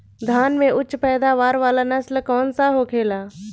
धान में उच्च पैदावार वाला नस्ल कौन सा होखेला?